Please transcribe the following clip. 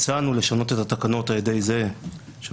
הצענו לשנות את התקנות על ידי זה שבעצם